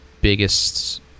biggest